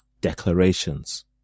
declarations